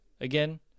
again